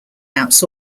outs